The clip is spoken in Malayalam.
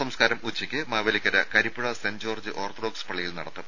സംസ്കാരം ഉച്ചക്ക് Mavelikkara Karippuzha Saint George Orthodox പള്ളിയിൽ നടത്തും